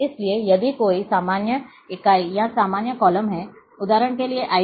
इसलिए यदि कोई सामान्य इकाई या सामान्य कॉलम है उदाहरण के लिए आईडी